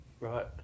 Right